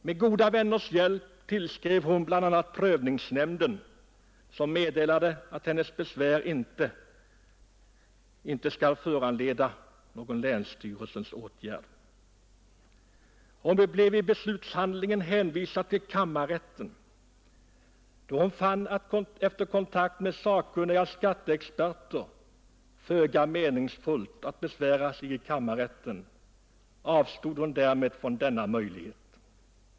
Med goda vänners hjälp tillskrev hon bl.a. prövningsnämnden, som meddelade att hennes besvär inte skulle föranleda någon länsstyrelsens åtgärd. Hon blev i beslutshandlingen hänvisad till kammarrätten. Då hon, efter kontakt med sakkunniga skatteexperter, fann det föga meningsfullt att besvära sig i kammarrätten, avstod hon från denna möjlighet.